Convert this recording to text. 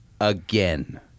again